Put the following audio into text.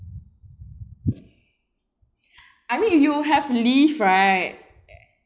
I mean if you have leave right